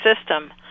system